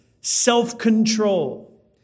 self-control